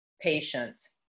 patience